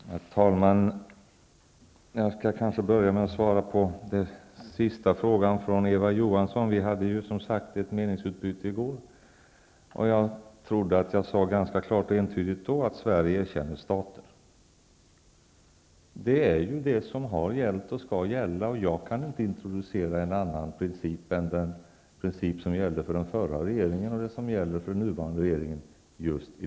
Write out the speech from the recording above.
Herr talman! Jag skall börja med att svara på den sista frågan från Eva Johansson. Vi hade som sagt ett meningsutbyte i går, och jag trodde att jag sade ganska klart och entydigt då att Sverige erkänner stater, inte regeringar. Det är detta som har gällt och skall gälla. Jag kan inte introducera en annan princip än den som gällde för den förra regeringen och som gäller för den nuvarande regeringen.